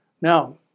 Now